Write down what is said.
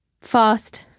Fast